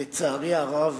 לצערי הרב,